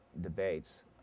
debates